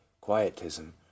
quietism